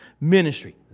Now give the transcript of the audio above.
ministry